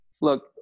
look